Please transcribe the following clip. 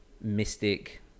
mystic